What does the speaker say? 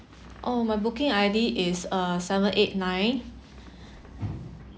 oh my booking I_D is uh seven eight nine